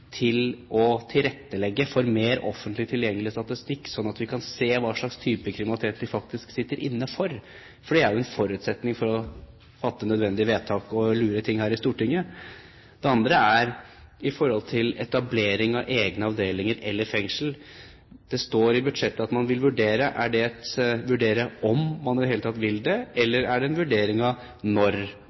til å tilrettelegge for mer offentlig tilgjengelig statistikk, slik at vi kan se hva slags type kriminalitet de faktisk sitter inne for, for det er jo en forutsetning for å fatte nødvendige vedtak og lure ting her i Stortinget? Det andre går på etablering av egne avdelinger eller fengsel. Det står i budsjettet at man «vurderer» det. Betyr det å vurdere om man i det hele tatt vil det, eller er det en vurdering av når